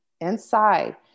inside